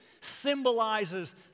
symbolizes